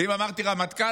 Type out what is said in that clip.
ואם אמרתי רמטכ"ל,